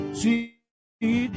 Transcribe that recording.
see